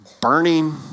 burning